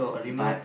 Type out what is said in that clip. but